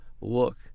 look